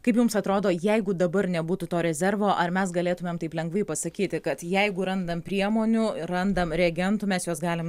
kaip jums atrodo jeigu dabar nebūtų to rezervo ar mes galėtumėm taip lengvai pasakyti kad jeigu randam priemonių ir randam reagentų mes juos galim